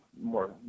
more